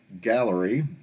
gallery